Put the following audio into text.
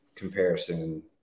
comparison